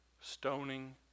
stoning